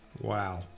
Wow